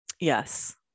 yes